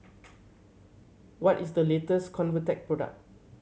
what is the latest Convatec product